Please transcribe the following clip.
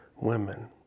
women